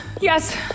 Yes